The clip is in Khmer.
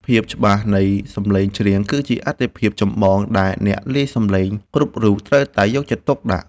ភាពច្បាស់នៃសំឡេងច្រៀងគឺជាអាទិភាពចម្បងដែលអ្នកលាយសំឡេងគ្រប់រូបត្រូវតែយកចិត្តទុកដាក់។